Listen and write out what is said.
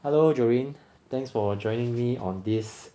hello joey thanks for joining me on this